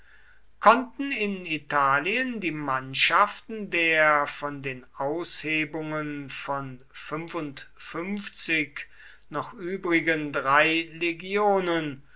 konnten in italien die mannschaften der von den aushebungen von noch übrigen drei legionen